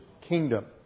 kingdom